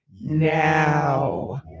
now